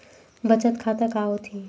बचत खाता का होथे?